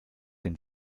den